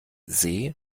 seh